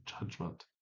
judgment